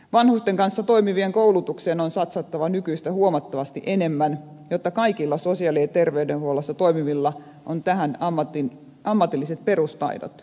vanhusten kanssa toimivien koulutukseen on satsattava nykyistä huomattavasti enemmän jotta kaikilla sosiaali ja terveydenhuollossa toimivilla on tähän ammatilliset perustaidot